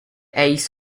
ace